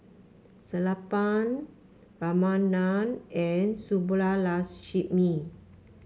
Sellapan Ramanand and Subbulakshmi